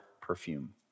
perfume